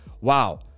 Wow